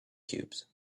cubes